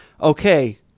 okay